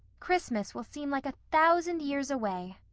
christmas will seem like a thousand years away.